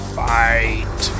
fight